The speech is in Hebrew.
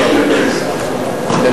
כן,